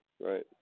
right